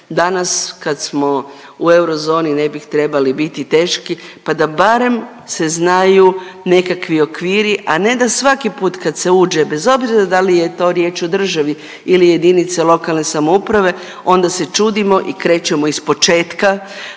danas kad smo u eurozoni ne bi trebali biti teški pa da barem se znaju nekakvi okviri, a ne da svaki put kad se uđe bez obzira da li je to riječ o državi ili jedinici lokalne samouprave onda se čudimo i krećemo iz početka